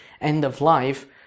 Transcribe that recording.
end-of-life